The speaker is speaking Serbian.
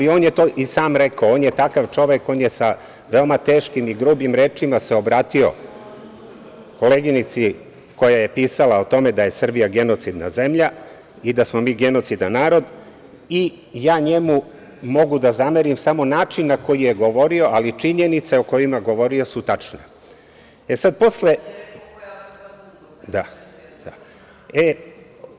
On je to i sam rekao, on je takav čovek, on je sa veoma teškim i grubim rečima se obratio koleginici koja je pisala o tome da je Srbija genocidna zemlja i da smo mi genocidan narod i ja njemu mogu da zamerim samo način na koji je govorio, ali činjenice o kojima je govorio su tačne. (Vjerica Radeta: Nisi rekao koja vrsta mungosa.) Da.